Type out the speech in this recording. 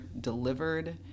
delivered